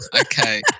Okay